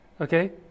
Okay